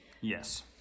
yes